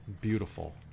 beautiful